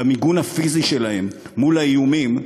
במיגון הפיזי שלהם מול האיומים,